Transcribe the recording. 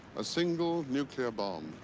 a single nuclear bomb,